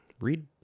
read